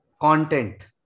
content